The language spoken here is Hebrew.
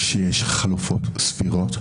כשיש חלופות סבירות,